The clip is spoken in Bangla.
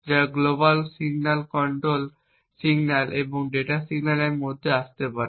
যা গ্লোবাল সিগন্যাল কন্ট্রোল সিগন্যাল এবং ডেটা সিগন্যালের মাধ্যমে আসতে পারে